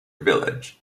village